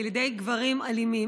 בידי גברים אלימים?